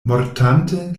mortante